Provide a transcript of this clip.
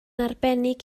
arbennig